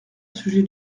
sujet